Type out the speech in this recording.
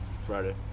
Friday